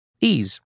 Ease